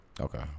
Okay